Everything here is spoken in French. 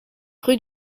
rue